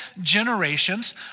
generations